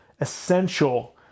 essential